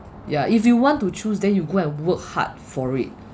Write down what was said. ya if you want to choose then you go and work hard for it